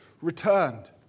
returned